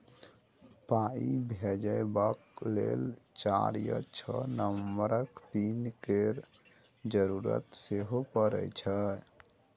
पाइ भेजबाक लेल चारि या छअ नंबरक पिन केर जरुरत सेहो परय छै